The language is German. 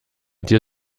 dir